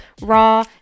raw